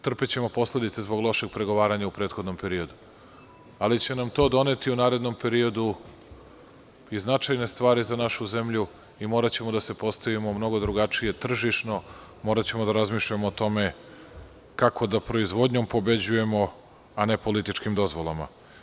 Trpećemo posledice zbog lošeg pregovaranju u prethodnom periodu, ali će nam to doneti u narednom periodu i značajne stvari za našu zemlju i moraćemo da se postavimo mnogo drugačije tržišno, moraćemo da razmišljamo o tome kako da proizvodnjom pobeđujemo, a ne političkim dozvolama.